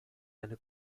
eine